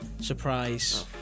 Surprise